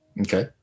okay